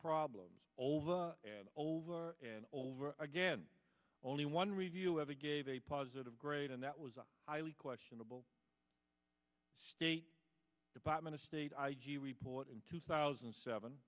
problems over and over and over again only one review ever gave a positive grade and that was highly questionable state department a state report in two thousand and seven